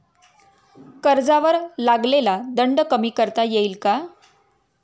कर्जावर लागलेला दंड कमी करता येईल का?